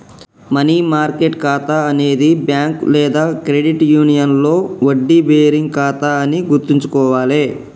money market ఖాతా అనేది bank లేదా క్రెడిట్ యూనియన్లో వడ్డీ బేరింగ్ ఖాతా అని గుర్తుంచుకోవాలే